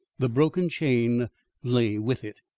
the broken chain lay with it.